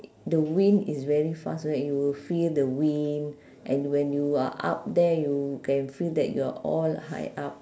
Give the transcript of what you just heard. the wind is very fast right you will feel the wind and when you are up there you can feel that you are all high up